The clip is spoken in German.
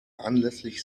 anlässlich